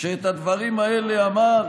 שאת הדברים האלה אמר